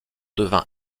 devint